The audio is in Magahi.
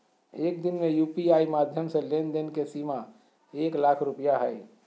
एक दिन में यू.पी.आई माध्यम से लेन देन के सीमा एक लाख रुपया हय